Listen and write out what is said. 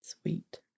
Sweet